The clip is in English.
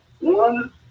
one